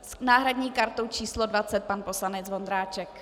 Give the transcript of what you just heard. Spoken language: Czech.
S náhradní kartou č. 20 pan poslanec Vondráček.